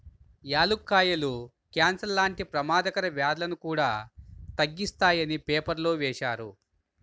యాలుక్కాయాలు కాన్సర్ లాంటి పెమాదకర వ్యాధులను కూడా తగ్గిత్తాయని పేపర్లో వేశారు